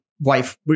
Wife